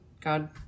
God